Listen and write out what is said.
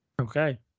Okay